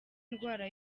indwara